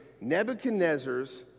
Nebuchadnezzar's